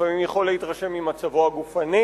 לפעמים הוא יכול להתרשם ממצבו הגופני,